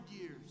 years